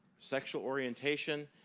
sexual orientation,